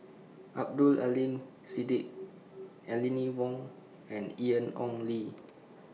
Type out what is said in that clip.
Abdul Aleem Siddique Aline Wong and Ian Ong Li